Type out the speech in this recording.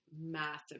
massive